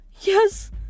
Yes